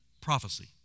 Prophecy